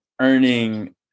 earning